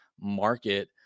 market